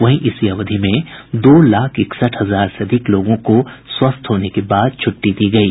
वहीं इसी अवधि में दो लाख इकसठ हजार से अधिक लोगों को स्वस्थ होने के बाद छुट्टी दी गयी